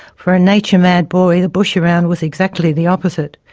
for a nature-mad boy the bush around was exactly the opposite.